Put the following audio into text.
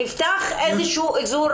נפתח איזשהו אזור